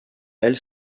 elle